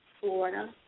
Florida